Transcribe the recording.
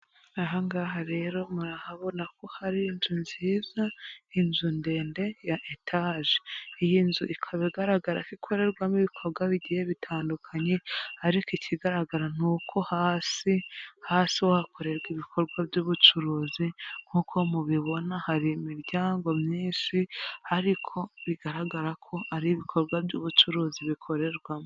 Aha ngaha rero murahabona ko hari inzu nziza, inzu ndende ya etaje. Iyi nzu ikaba igaragara ko ikorerwamo ibikorwa bigiye bitandukanye, ariko ikigaragara nuko hasi, hasi ho hakorerwa ibikorwa by'ubucuruzi nk'uko mubibona hari imiryango myinshi, ariko bigaragara ko ari ibikorwa by'ubucuruzi bikorerwamo.